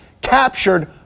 captured